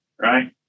right